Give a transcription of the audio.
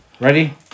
Ready